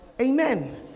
Amen